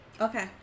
Okay